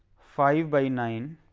five by nine,